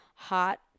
hot